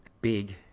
big